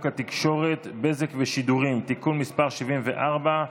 התקשורת (בזק ושידורים) (תיקון מס' 74),